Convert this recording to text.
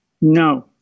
no